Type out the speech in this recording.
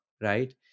right